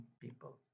people